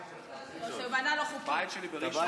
הבית שלך בראשון, שבנה לא חוקי, הבית שלי בראשון?